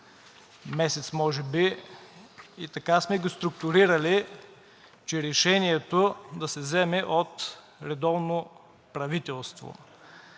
месец може би и така сме го структурирали, че решението да се вземе от редовно правителство.